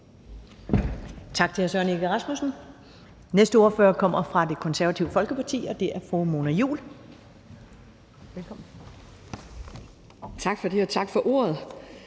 Tak til hr. Søren Egge Rasmussen. Næste ordfører kommer fra Det Konservative Folkeparti, og det er fru Mona Juul. Velkommen. Kl. 13:20 (Ordfører)